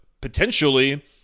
potentially